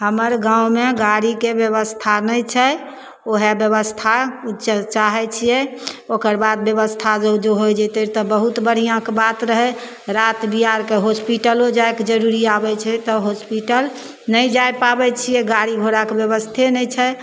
हमर गाममे गाड़ीके बेबस्था नहि छै वएह बेबस्था किछु चाहै छिए ओकर बाद बेबस्था जे ओ जे हो जेतै तऽ बहुत बढ़िआँके बात रहै राति बिआरिके हॉस्पिटलो जाइके जरूरी आबै छै तऽ हॉस्पिटल नहि जा पाबै छिए गाड़ी घोड़ाके बेबस्थे नहि छै